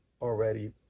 already